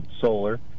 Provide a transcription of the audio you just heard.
solar